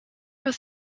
was